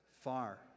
Far